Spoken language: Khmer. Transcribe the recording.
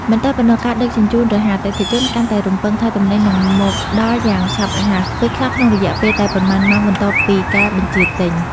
មិនតែប៉ុណ្ណោះ ការដឹកជញ្ជូនរហ័ស អតិថិជនកាន់តែរំពឹងថាទំនិញនឹងមកដល់យ៉ាងឆាប់រហ័ស ពេលខ្លះក្នុងរយៈពេលតែប៉ុន្មានម៉ោងបន្ទាប់ពីការបញ្ជាទិញ។